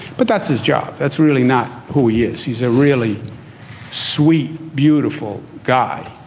but that's his job. that's really not who he is. he's a really sweet, beautiful guy.